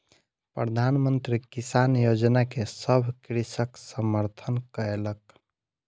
प्रधान मंत्री किसान योजना के सभ कृषक समर्थन कयलक